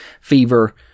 fever